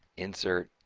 insert.